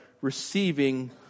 receiving